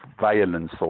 violence